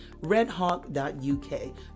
RedHawk.UK